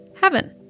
heaven